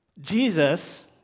Jesus